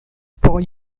por